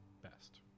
best